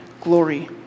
glory